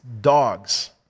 dogs